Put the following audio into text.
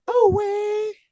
away